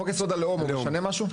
חוק יסוד הלאום משנה משהו?